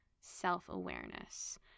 self-awareness